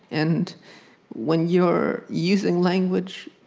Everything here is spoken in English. and when you're using language,